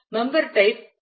member type F